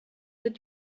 did